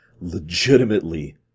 legitimately